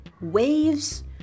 waves